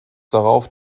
darauf